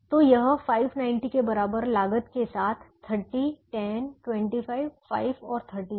तो यह 590 के बराबर लागत के साथ 30 10 25 5 और 30 था